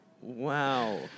Wow